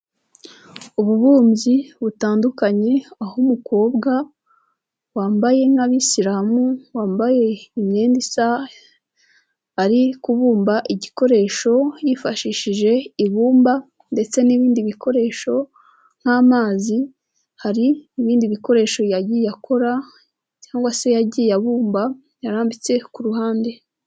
Ububumbyi butandukanye, aho umukobwa wambaye nk'ababisilamu, wambaye imyenda isa, ari kubumba igikoresho, yifashishije ibumba ndetse n'ibindi bikoresho nk'amazi, hari ibindi bikoresho yagiye akora cyangwa se yagiye abumba, yarambitse ku ruhande.